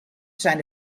zijn